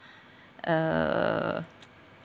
uh